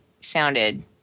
sounded